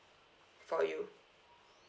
for you